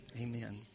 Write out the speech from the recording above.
Amen